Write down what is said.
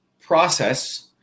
process